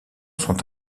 sont